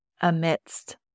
amidst